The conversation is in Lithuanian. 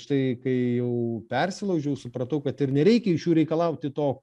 štai kai jau persilaužiau supratau kad ir nereikia iš jų reikalauti to